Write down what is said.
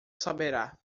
saberá